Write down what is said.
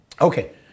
Okay